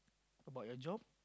about your job